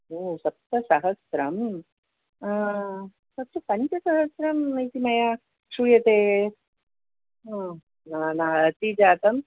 ओ सप्तसहस्रम् पञ्चसहस्रम् इति मया श्रूयते अति जातम्